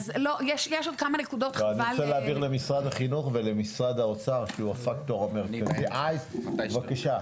בבקשה,